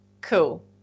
Cool